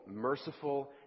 merciful